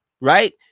right